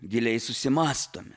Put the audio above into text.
giliai susimąstome